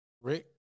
Rick